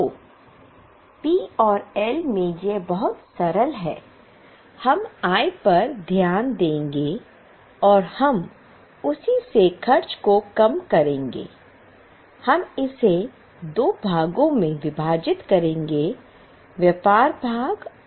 तो पी और एल में यह बहुत सरल है हम आय पर ध्यान देंगे और हम उसी से खर्च को कम करेंगे हम इसे दो भागों में विभाजित करेंगे व्यापार भाग और पी और एल भाग